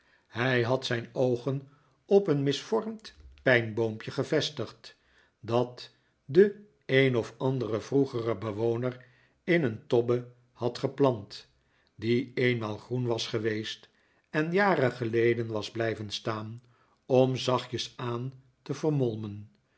hij had zijn oogen op een misvormd pijnboompje gevestigd dat de een of andere vroegere bewoner in een tobbe had geplant die eenmaal groen was geweest en jaren geleden was blijven staan om zachtjes-aan te vermolmen